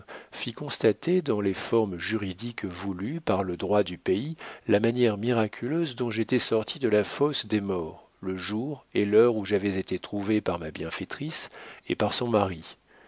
fit constater dans les formes juridiques voulues par le droit du pays la manière miraculeuse dont j'étais sorti de la fosse des morts le jour et l'heure où j'avais été trouvé par ma bienfaitrice et par son mari